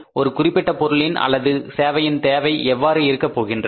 ஒரு குறிப்பிட்ட பொருளின் அல்லது சேவையின் தேவை எவ்வாறு இருக்கப் போகின்றது